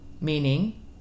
meaning